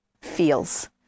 feels